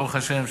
ברוך השם,